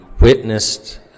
witnessed